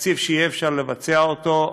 ותקציב שיהיה אפשר לבצע אותו,